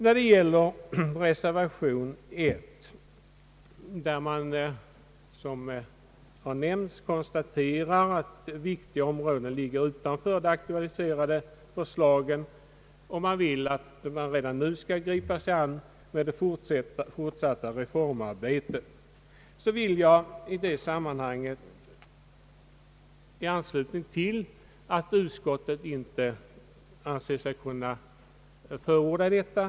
I reservation 1 konstateras, som nämnts, att viktiga områden ligger utanför de aktualiserade förslagen. Det föreslås att man redan nu skall gripa sig an med att utreda det fortsatta reformarbetet inom vuxenutbildningen. Utskottet anser sig inte kunna förorda detta.